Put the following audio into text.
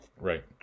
Right